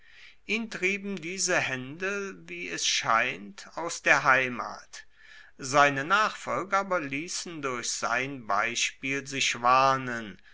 ihn trieben diese haendel wie es scheint aus der heimat seine nachfolger aber liessen durch sein beispiel sich warnen